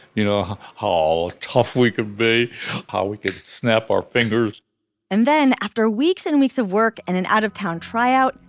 you know, hall tough. we could be how we could snap our fingers and then after weeks and weeks of work and an out-of-town tryout,